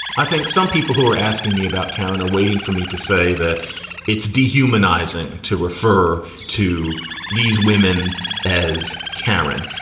i think some people who are asking me about karen are waiting for me to say that it's dehumanizing to refer to these women as karen.